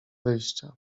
wyjścia